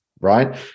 right